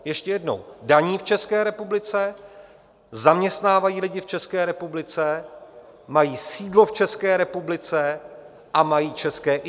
Ještě jednou: daní v České republice, zaměstnávají lidi v České republice, mají sídlo v České republice a mají české IČO.